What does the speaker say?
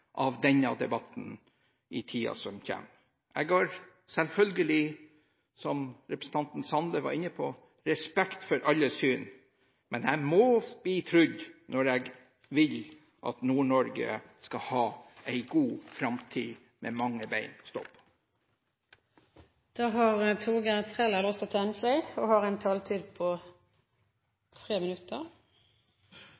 av denne debatten i tiden som kommer. Jeg har selvfølgelig, som representanten Sande var inne på, respekt for alle syn, men jeg må bli trodd på at jeg vil at Nord-Norge skal ha en god framtid med mange bein å stå på. Jeg kommer selv også fra Nord-Norge, og